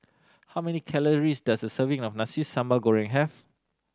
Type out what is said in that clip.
how many calories does a serving of Nasi Sambal Goreng have